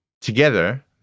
together